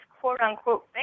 quote-unquote